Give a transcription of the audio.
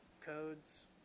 codes